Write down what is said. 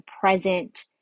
present